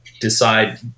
decide